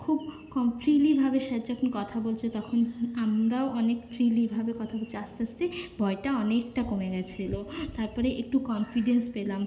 খুব কম ফ্রিলিভাবে স্যার যখন কথা বলছে তখন আমরাও অনেক ফ্রিলিভাবে কথা বলছি আস্তে আস্তে ভয়টা অনেকটা কমে গিয়েছিল তার পরে একটু কনফিডেন্স পেলাম